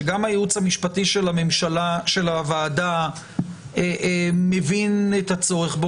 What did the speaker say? שגם הייעוץ המשפטי של הוועדה מבין את הצורך בה,